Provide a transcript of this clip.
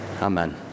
amen